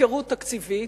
הפקרות תקציבית.